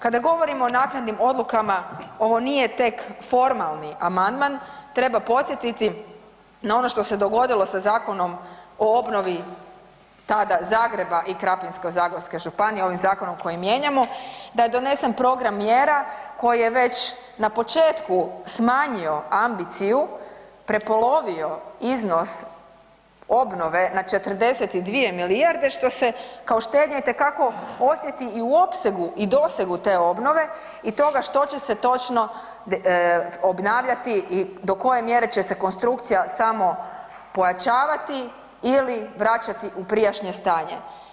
Kada govorimo o naknadnim odlukama, ovo nije tek formalni amandman, treba podsjetiti na ono što se dogodilo sa Zakonom o obnovi tada Zagreba i Krapinsko-zagorske županije, ovaj zakon koji mijenjamo, da je donesen program mjera koji je već na početku smanjio ambiciju, prepolovio iznos obnove na 42 milijarde što se kao štednja itekako osjeti i u opsegu i dosegu te obnove i toga što će se točno obnavljati i do koje mjere će se konstrukcija samo pojačavati ili vraćati u prijašnje stanje.